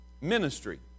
Ministry